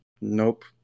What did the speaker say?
nope